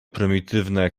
prymitywne